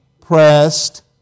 pressed